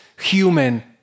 human